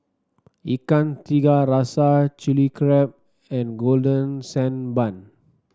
Ikan Tiga Rasa Chili Crab and Golden Sand Bun